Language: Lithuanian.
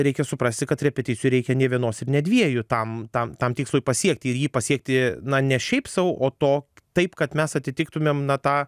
reikia suprasti kad repeticijų reikia ne vienos ir ne dviejų tam tam tam tikslui pasiekti ir jį pasiekti na ne šiaip sau o to taip kad mes atitiktumėm na tą